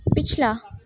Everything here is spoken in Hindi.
पिछला